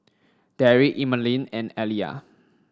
Derick Emaline and Aliyah